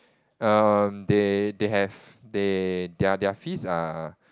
um they they have they their their fees are